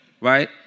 right